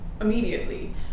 immediately